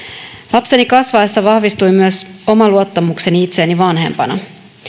lapseni kasvaessa vahvistui myös oma luottamukseni itseeni vanhempana